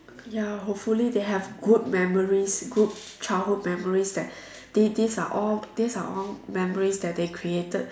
ya hopefully they have good memories good childhood memories that these these are all these are all memories that they created